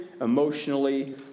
emotionally